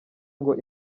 ngo